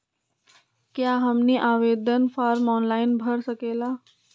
क्या हमनी आवेदन फॉर्म ऑनलाइन भर सकेला?